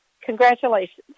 congratulations